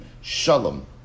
shalom